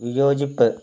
വിയോജിപ്പ്